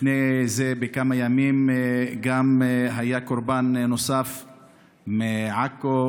כמה ימים לפני זה היה קורבן נוסף מעכו,